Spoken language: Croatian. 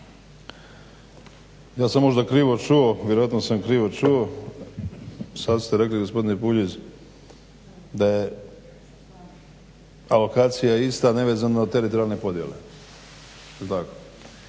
Ja sam možda krivo čuo, vjerojatno sam krivo čuo, sad ste rekli gospodine Puljiz da je alokacija ista nevezano za teritorijalne podjele,